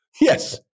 Yes